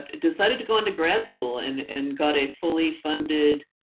ah decided to go into grad school and and got a fully funded